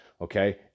Okay